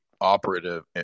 operative